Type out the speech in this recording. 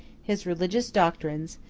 his religious doctrines,